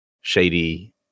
shady